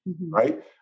right